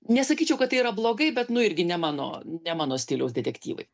nesakyčiau kad tai yra blogai bet nu irgi ne mano ne mano stiliaus detektyvai